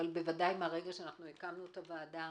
אבל ודאי מרגע שהקמנו את הוועדה,